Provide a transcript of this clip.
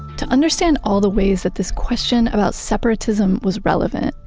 to understand all the ways that this question about separatism was relevant,